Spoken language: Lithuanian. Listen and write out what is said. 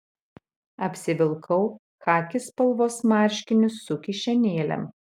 apsivilkau chaki spalvos marškinius su kišenėlėm